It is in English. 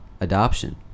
adoption